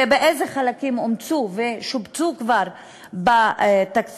אילו חלקים אומצו ושובצו כבר בתקציב,